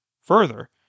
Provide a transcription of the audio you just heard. Further